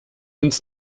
uns